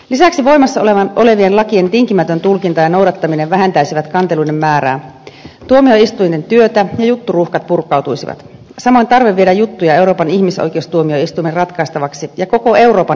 lisäksi voimassa olevien lakien tinkimätön tulkinta ja noudattaminen vähentäisivät kanteluiden määrää tuomioistuinten työtä ja jutturuuhkat purkautuisivat samoin tarve viedä juttuja euroopan ihmisoikeustuomioistuimen ratkaistavaksi ja koko euroopan ihmeteltäväksi